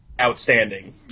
outstanding